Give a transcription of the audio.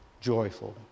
joyful